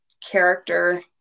character